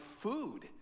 food